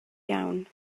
iawn